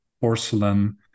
porcelain